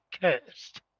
cursed